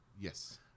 Yes